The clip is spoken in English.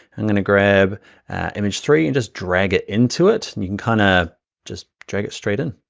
i'm going to grab image three and just drag it into it. and you can kind of just drag it straight in.